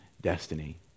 destiny